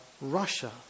Russia